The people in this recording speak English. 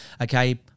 okay